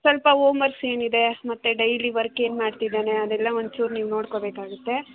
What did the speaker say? ಸ್ವಲ್ಪ home works ಏನಿದೆ ಮತ್ತು ಡೈಲಿ ವರ್ಕ್ ಏನ್ಮಾಡ್ತಿದ್ದಾನೆ ಅದೆಲ್ಲ ಒಂಚೂರು ನೀವು ನೋಡ್ಕೋಬೇಕಾಗತ್ತೆ